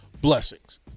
blessings